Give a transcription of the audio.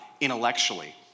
intellectually